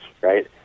right